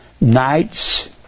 nights